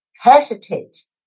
hesitates